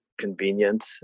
convenient